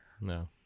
No